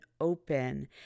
open